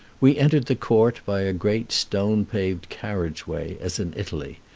we entered the court by a great stone-paved carriage-way, as in italy,